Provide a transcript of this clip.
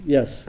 Yes